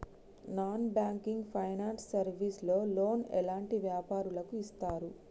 Non banking finance service లో loan ఎలాంటి వ్యాపారులకు ఇస్తరు?